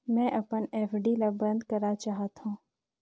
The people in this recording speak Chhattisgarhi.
मैं अपन एफ.डी ल बंद करा चाहत हों